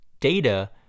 data